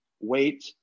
wait